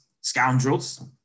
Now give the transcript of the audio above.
scoundrels